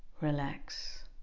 relax